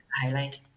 highlight